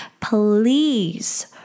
please